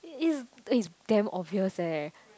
it is it's damn obvious eh